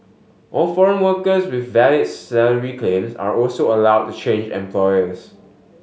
all foreign workers with valid salary claims are also allowed to change employers